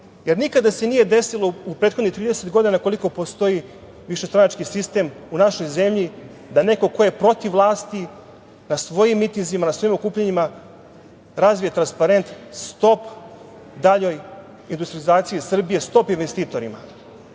jer nikada se nije desilo u prethodnih 30 godila koliko postoji višestranački sistem u našoj zemlji, da neko ko je protiv vlasti na svojim mitinzima, na svojim okupljanjima razvije transparent – stop daljoj industrijalizaciji Srbije, stop investitorima.